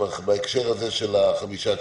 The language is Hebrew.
בהקשר הזה של החמישה צ'קים,